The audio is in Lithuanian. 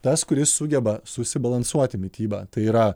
tas kuris sugeba susibalansuoti mitybą tai yra